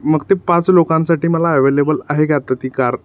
मग ते पाच लोकांसाठी मला अवेलेबल आहे का आत्ता ती कार